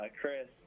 Chris